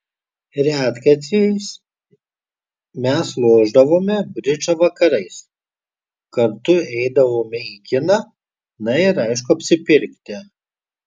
retkarčiais mes lošdavome bridžą vakarais kartu eidavome į kiną na ir aišku apsipirkti